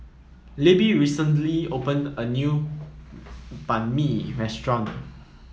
Libbie recently opened a new Banh Mi restaurant